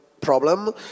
problem